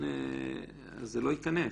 אז זה לא ייכנס.